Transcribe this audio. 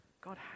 God